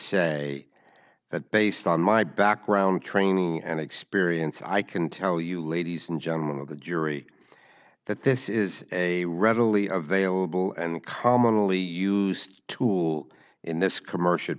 say that based on my background training and experience i can tell you ladies and gentlemen of the jury that this is a readily available and commonly used tools in this commercial